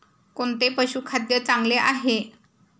कोणते पशुखाद्य चांगले आहे?